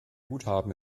guthaben